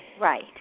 Right